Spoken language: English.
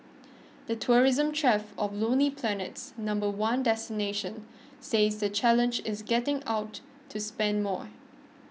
the tourism chief of Lonely Planet's number one destination says the challenge is getting out to spend more